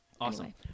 Awesome